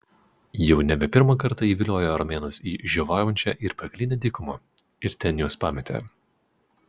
jau nebe pirmą kartą įviliojo romėnus į žiovaujančią ir begalinę dykumą ir ten juos pametė